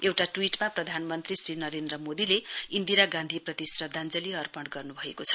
एउटा ट्वीटमा प्रधानमन्त्री श्री नरेन्द्र मोदीले इन्दिरा गान्धीप्रति श्रध्दाञ्जली अर्पण गर्नुभएको छ